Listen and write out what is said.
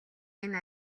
энэ